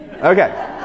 Okay